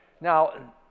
Now